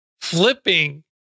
flipping